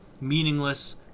meaningless